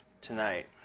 tonight